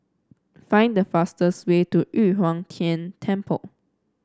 find the fastest way to Yu Huang Tian Temple